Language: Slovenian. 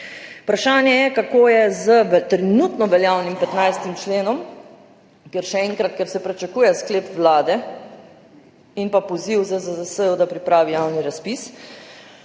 Vprašanje je, kako je s trenutno veljavnim 15. členom, ker še enkrat, se pričakuje sklep Vlade in poziv ZZZS, da pripravi javni razpis.